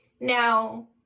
now